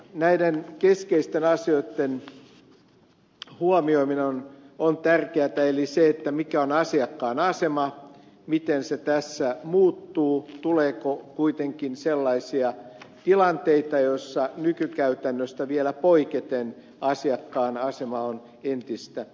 näiden keskeisten asioitten huomioiminen on tärkeätä eli se mikä on asiakkaan asema miten se tässä muuttuu tuleeko kuitenkin sellaisia tilanteita joissa nykykäytännöstä vielä poiketen asiakkaan asema on entistä huonompi